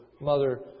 mother